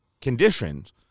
conditions